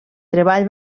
treball